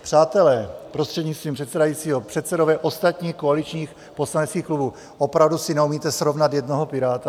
Přátelé, prostřednictvím předsedajícího, předsedové ostatních koaličních poslaneckých klubů, opravdu si neumíte srovnat jednoho piráta?